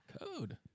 Code